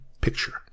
picture